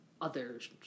others